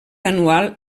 anual